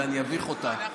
אולי אני אביך אותה.